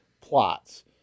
plots